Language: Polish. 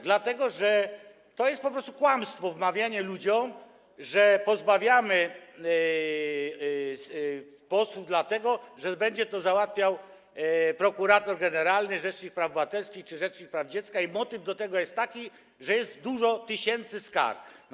Dlatego że to jest po prostu kłamstwo - wmawianie ludziom, że pozbawiamy tego posłów dlatego, że będzie to załatwiał prokurator generalny, rzecznik praw obywatelskich czy rzecznik praw dziecka, i że motywem tego jest to, że jest wiele tysięcy skarg.